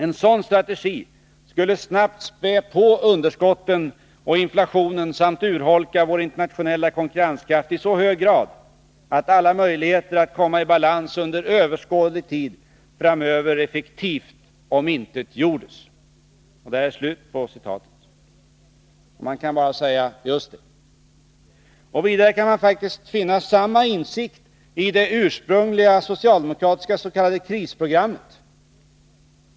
En sådan strategi skulle snabbt spä på underskotten och inflationen samt urholka vår internationella konkurrenskraft i så hög grad att alla möjligheter att komma i balans under överskådlig tid framöver effektivt omintetgjor Man kan bara säga: Just det. Vidare kan man faktiskt finna samma insikt i det ursprungliga socialdemokratiska s.k. krisprogrammet.